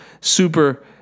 super